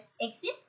exit